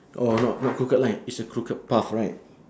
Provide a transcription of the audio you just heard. oh no not crooked line it's a crooked path right